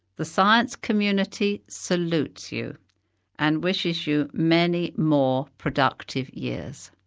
the science community salutes you and wishes you many more productive years.